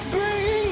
Bring